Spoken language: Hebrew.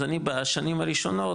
אז אני בשנים הראשונות,